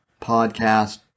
podcast